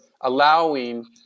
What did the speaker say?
allowing